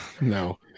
No